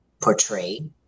portray